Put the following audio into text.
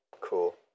Cool